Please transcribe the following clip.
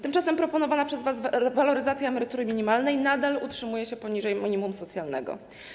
Tymczasem proponowana przez was waloryzacja emerytury minimalnej nadal utrzymuje świadczenie poniżej minimum socjalnego.